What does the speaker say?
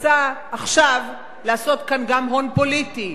רוצה עכשיו לעשות כאן גם הון פוליטי.